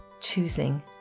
Choosing